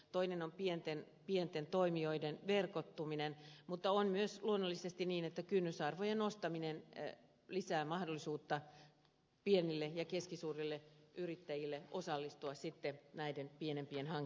toinen on pienten toimijoiden verkottuminen mutta on myös luonnollisesti niin että kynnysarvojen nostaminen lisää mahdollisuutta pienille ja keskisuurille yrittäjille osallistua sitten näiden pienempien hankintojen kilpailutukseen